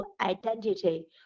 identity